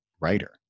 writer